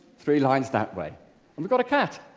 three lines that way and we've got a cat!